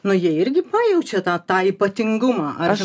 nu jie irgi pajaučiau tą tą ypatingumą ar aš